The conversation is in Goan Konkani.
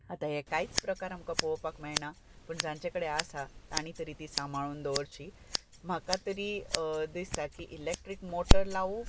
आतां हे कांयच प्रकार आमकां पळोवपाक मेळना पण जांचे कडेन आसा तांणी तरी ती सांबाळून दवरची म्हाका तरी दिसता की इलेक्ट्रीक मोटर लावूं